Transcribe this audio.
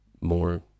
more